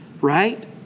right